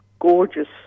gorgeous